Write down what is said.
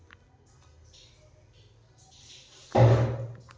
ಕೆಲಸಾ ಹಗರ ಅಕ್ಕತಿ ಆದರ ಡಿಸೆಲ್ ಬೇಕ ಬೇಕು